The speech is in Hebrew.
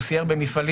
הוא סייר בעסקים,